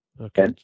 Okay